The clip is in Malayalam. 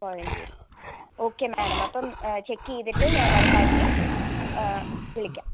കോഴഞ്ചേരി ഓക്കെ മാഡം അപ്പം ചെക്ക് ചെയ്തിട്ട് ഞാൻ ഉറപ്പായിട്ടും ആ വിളിക്കാം